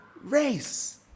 race